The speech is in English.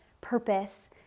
purpose